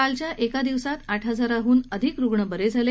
कालच्या एका दिवसात आठ हजारांहून अधिक रुग्ण बरे झाले